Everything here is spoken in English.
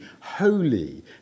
holy